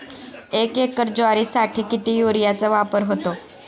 एक एकर ज्वारीसाठी किती युरियाचा वापर होतो?